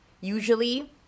usually